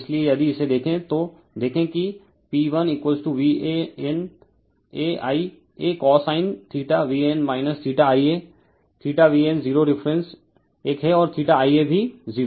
इसलिए यदि इसे देखें तो देखें कि P1VAN A Ia cosine VAN IaVAN 0 reference एक है और Ia भी 0